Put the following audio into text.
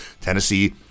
Tennessee